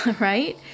right